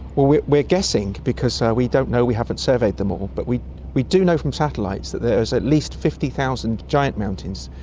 well, we're we're guessing because ah we don't know, we haven't surveyed them all, but we we do know from satellites that there is at least fifty thousand giant mountains.